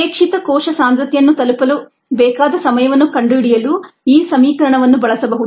ಅಪೇಕ್ಷಿತ ಕೋಶ ಸಾಂದ್ರತೆಯನ್ನು ತಲುಪಲು ಬೇಕಾದ ಸಮಯವನ್ನು ಕಂಡುಹಿಡಿಯಲು ಈ ಸಮೀಕರಣವನ್ನು ಬಳಸಬಹುದು